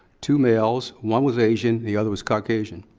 two males, one was asian, the other was caucasian.